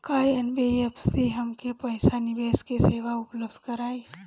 का एन.बी.एफ.सी हमके पईसा निवेश के सेवा उपलब्ध कराई?